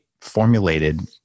formulated